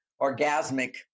orgasmic